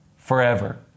forever